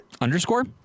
underscore